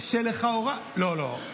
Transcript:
לא, לא.